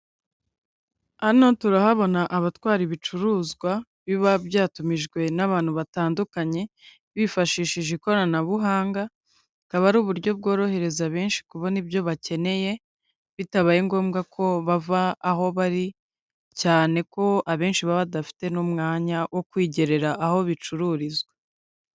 Hano turahabona abatwara ibicuruzwa, biba byatumijwe n'abantu batandukanye bifashishije ikoranabuhanga, bukaba ari uburyo bworohereza benshi kubona ibyo bakeneye, bitabaye ngombwa ko bava aho bari, cyane ko abenshi baba badafite n'umwanya wo kwigerera aho bicururizwa.